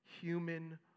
human